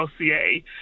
LCA